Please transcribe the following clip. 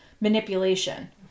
manipulation